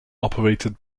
operated